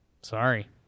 sorry